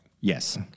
yes